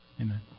Amen